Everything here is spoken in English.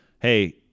hey